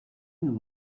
and